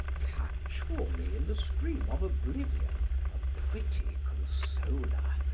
catch for me in the stream of oblivion a pretty consoler,